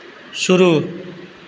शुरू